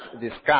discuss